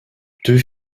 deux